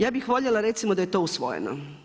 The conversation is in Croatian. Ja bih voljela recimo da je to usvojeno.